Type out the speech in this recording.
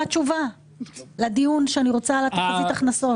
מהי התשובה לדיון שאני רוצה לקיים על תחזית ההכנסות?